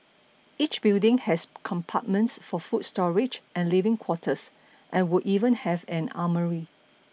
each building has compartments for food storage and living quarters and would even have an armoury